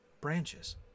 branches